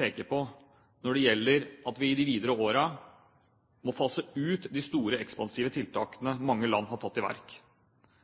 risiko når det gjelder at man i de videre årene må fase ut de store, ekspansive